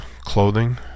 clothing